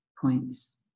points